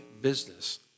business